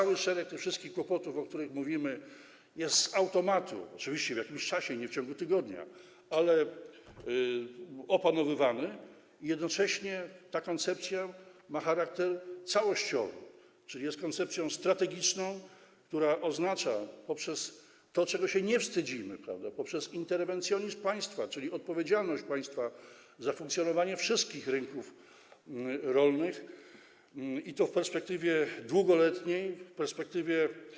Cały szereg tych wszystkich kłopotów, o których mówimy, będzie z automatu, oczywiście w jakimś czasie, nie w ciągu tygodnia, opanowywany, a jednocześnie ta koncepcja ma charakter całościowy, czyli jest koncepcją strategiczną, która oznacza poprzez to, czego się nie wstydzimy, poprzez interwencjonizm państwa, czyli odpowiedzialność państwa za funkcjonowanie wszystkich rynków rolnych, i to w długoletniej, długofalowej perspektywie.